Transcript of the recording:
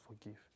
forgive